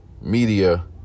media